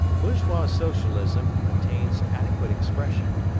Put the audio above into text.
bourgeois socialism attains adequate expression,